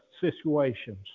situations